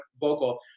vocal